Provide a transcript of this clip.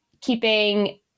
keeping